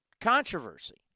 controversy